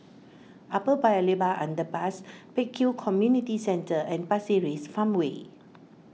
Upper Paya Lebar Underpass Pek Kio Community Centre and Pasir Ris Farmway